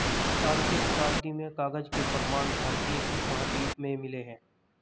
सातवीं शताब्दी में कागज के प्रमाण भारतीय उपमहाद्वीप में मिले हैं